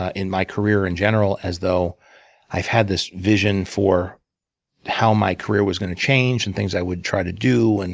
ah in my career in general, as though i've had this vision for how my career was gonna change, and things i would try to do, and